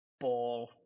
ball